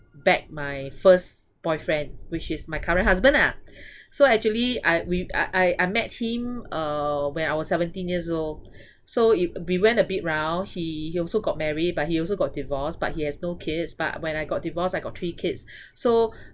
back my first boyfriend which is my current husband ah so actually I we I I I met him uh when I was seventeen years old so it we went a bit round he also got married but he also got divorced but he has no kids but when I got divorced I got three kids so